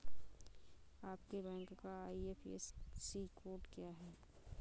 आपके बैंक का IFSC code क्या है?